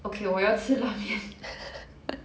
okay 我要吃拉面